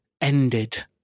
ended